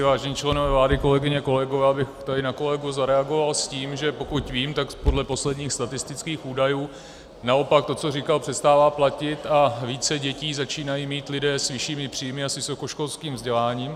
Vážení členové vlády, kolegyně, kolegové, já bych tady na kolegu zareagoval s tím, že pokud vím, tak podle posledních statistických údajů naopak to, co říkal, přestává platit a více dětí začínají mít lidé s vyššími příjmy a s vysokoškolským vzděláním.